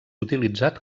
utilitzat